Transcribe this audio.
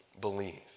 believe